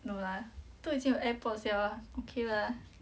no lah 都已经有 airpods liao ah okay lah